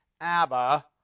Abba